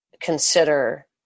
consider